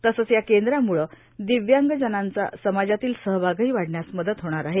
तसंच या केंद्राम्ळ दिव्यांगजणांचा समाजातील सहभागही वाढण्यास मदत होणार आहे